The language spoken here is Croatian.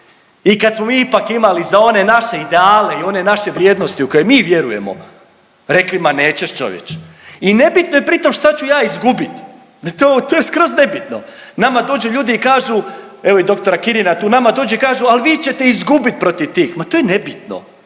i kad smo mi ipak imali za one naše ideale i one naše vrijednosti u koje mi vjerujemo rekli ma nećeš čovječe. I nebitno je pritom šta ću ja izgubit, to je skroz nebitno. Nama dođu ljudi i kažu evo i doktora Kirina tu, nama dođu kažu, ali vi ćete izgubit protiv tih, ma to je nebitno,